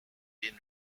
been